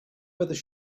whether